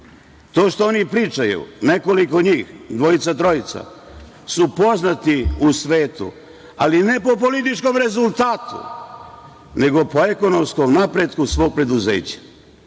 što oni pričaju, nekoliko njih, dvojica, trojica, su poznati u svetu, ali ne po političkom rezultatu, nego po ekonomskom napretku svog preduzeća